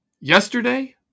Yesterday